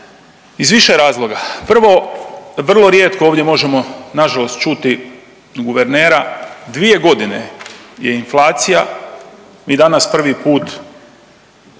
iz više razloga. Prvo, vrlo rijetko ovdje možemo nažalost čuti guvernera. Dvije godine je inflacija mi danas prvi put